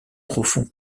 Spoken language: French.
profond